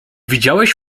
widziałaś